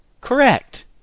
Correct